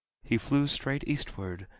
he flew straight eastward,